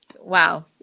wow